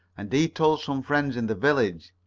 and he told some friends in the village.